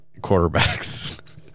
quarterbacks